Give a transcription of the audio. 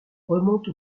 remonte